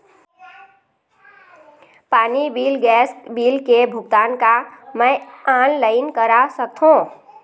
पानी bill gas bill के भुगतान का मैं ऑनलाइन करा सकथों?